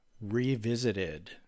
Revisited